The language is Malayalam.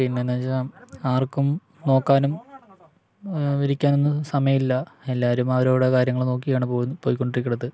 പിന്നെയെന്ന് വെച്ചാല് ആർക്കും നോക്കാനും ഇരിക്കാനൊന്നും സമയമില്ല എല്ലാവരും അവരവരുടെ കാര്യങ്ങള് നോക്കിയാണ് പോയിക്കൊണ്ടിരിക്കുന്നത്